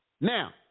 Now